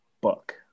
book